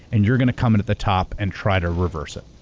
and you're going to come in at the top and try to reverse it.